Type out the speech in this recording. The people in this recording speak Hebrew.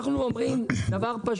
אנחנו אומרים דבר פשוט.